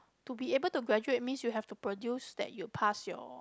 to be able to graduate means you have to produce that you passed your